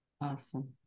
awesome